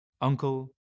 uncle